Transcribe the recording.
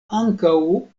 ankaŭ